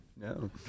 No